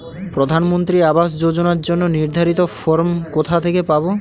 প্রধানমন্ত্রী আবাস যোজনার জন্য নির্ধারিত ফরম কোথা থেকে পাব?